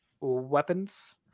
weapons